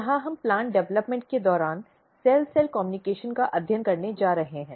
यहां हम plant development के दौरान सेल सेल कम्युनिकेशन का अध्ययन करने जा रहे हैं